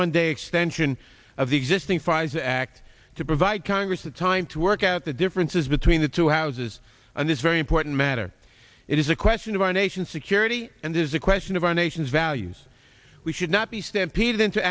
one day extension of the existing fires act to provide congress a time to work out the differences between the two houses on this very important matter it is a question of our nation's security and is a question of our nation's values we should not be stampeded into